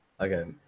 okay